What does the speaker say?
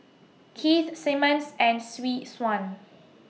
Keith Simmons and Swee Suan